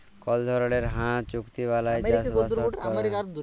call ধরলের হাঁ চুক্তি বালায় চাষবাসট ক্যরা হ্যয়